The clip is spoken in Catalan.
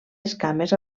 escames